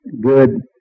good